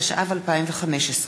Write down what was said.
התשע"ו 2015,